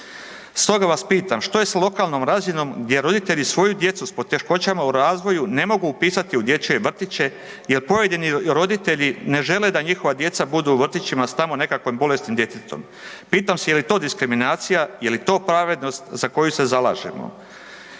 Stoga vas pitam što je s lokalnom razinom gdje roditelji svoju djecu s poteškoćama u razvoju ne mogu upisati u dječje vrtiće jer pojedini ne žele da njihova djeca budu u vrtićima s tamo nekakvim bolesnim djetetom. Pitam se je li to diskriminacija, je li to pravednost za koju se zalažemo?